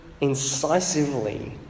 incisively